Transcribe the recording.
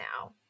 now